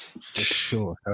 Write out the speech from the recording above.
Sure